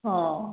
ହଁ